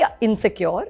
insecure